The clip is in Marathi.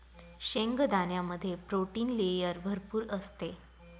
शेंगदाण्यामध्ये प्रोटीन लेयर भरपूर असते